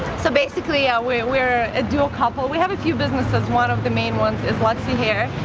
so, basically, yeah we're, we're a dual couple. we have a few businesses, one of the main ones is luxy hair.